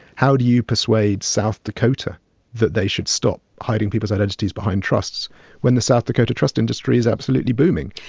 how do you persuade south dakota that they should stop hiding people's identities behind trusts when the south dakota trust industry is absolutely booming?